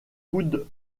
coude